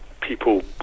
people